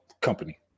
company